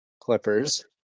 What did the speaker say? Clippers